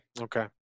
Okay